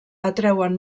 atreuen